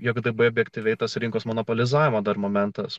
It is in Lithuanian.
jog dabar objektyviai tos rinkos monopolizavimo dar momentas